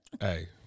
Hey